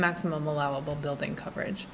maximum allowable building coverage